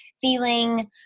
feeling